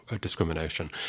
discrimination